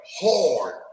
hard